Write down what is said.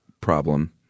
problem